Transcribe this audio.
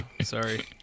Sorry